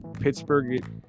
Pittsburgh